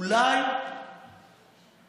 אולי